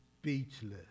speechless